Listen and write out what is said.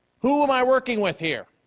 who am i working with here?